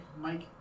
Mike